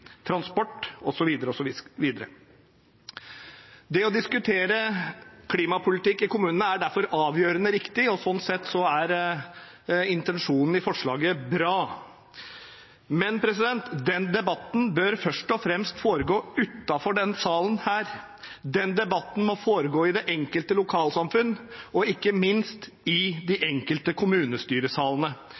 transport osv., osv. Det å diskutere klimapolitikk i kommunene er derfor avgjørende viktig, og slik sett er intensjonen i forslaget bra. Men den debatten bør først og fremst foregå utenfor denne salen. Den debatten må foregå i det enkelte lokalsamfunn og ikke minst i de enkelte kommunestyresalene